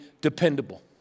dependable